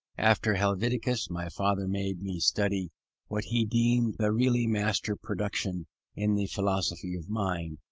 after helvetius, my father made me study what he deemed the really master-production in the philosophy of mind,